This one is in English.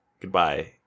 Goodbye